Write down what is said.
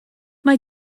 mae